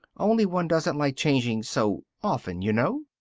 only one doesn't like changing so often, you know.